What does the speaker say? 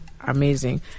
amazing